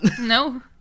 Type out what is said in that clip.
No